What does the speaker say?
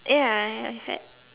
yeah I've had